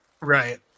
right